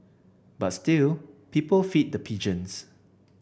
but still people feed the pigeons